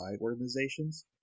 organizations